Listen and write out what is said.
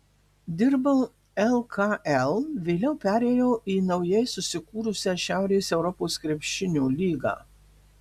dirbau lkl vėliau perėjau į naujai susikūrusią šiaurės europos krepšinio lygą